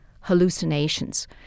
hallucinations